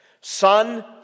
Son